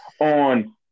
on